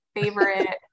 favorite